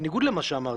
בניגוד למה שאמרת.